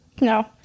No